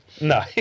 No